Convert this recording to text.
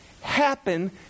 happen